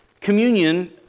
communion